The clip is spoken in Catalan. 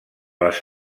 les